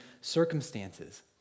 circumstances